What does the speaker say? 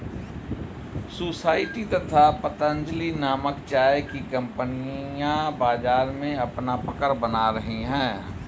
society तथा पतंजलि नामक चाय की कंपनियां बाजार में अपना पकड़ बना रही है